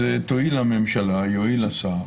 אז תואיל הממשלה, יואיל השר